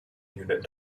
unit